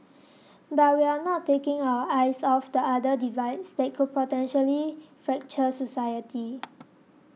but we are not taking our eyes off the other divides that could potentially fracture society